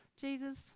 Jesus